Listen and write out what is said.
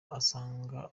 asanga